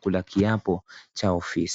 kula kiapo Cha ofisi.